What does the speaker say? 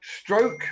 stroke